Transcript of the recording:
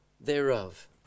thereof